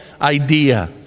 idea